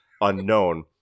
unknown